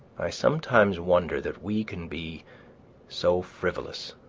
i sometimes wonder that we can be so frivolous,